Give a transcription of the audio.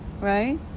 right